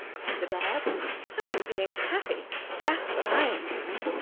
cried the dryad i am being happy that's what i am doing.